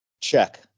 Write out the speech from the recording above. check